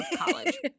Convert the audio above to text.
college